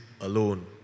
alone